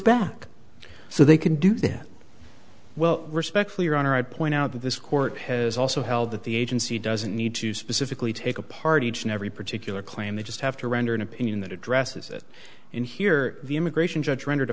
back so they can do that well respectfully your honor i point out that this court has also held that the agency doesn't need to specifically take apart each and every particular claim they just have to render an opinion that addresses it in here the immigration judge ren